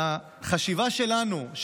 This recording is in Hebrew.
החשיבה שלנו,